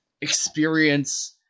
experience